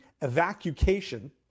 Evacuation